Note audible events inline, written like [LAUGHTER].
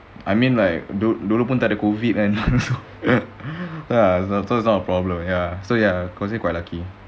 I mean like du~ dulu pun takde COVID kan [LAUGHS] and uh the kind of problem ya so ya consider quite lucky